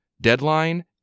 deadline